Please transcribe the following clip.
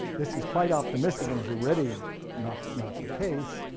this is quite optimistic and is already not not the case,